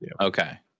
Okay